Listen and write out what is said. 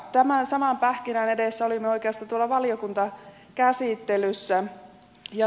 tämän saman pähkinän edessä olimme oikeastaan tuolla valiokuntakäsittelyssä